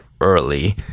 early